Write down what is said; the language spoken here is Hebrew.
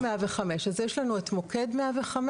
לא 105. אז יש לנו את מוקד 105,